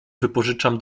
wypożyczam